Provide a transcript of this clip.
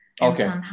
Okay